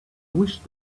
wish